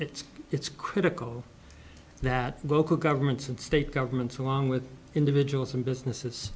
it it's critical that local governments and state governments along with individuals and businesses